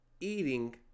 eating